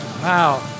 Wow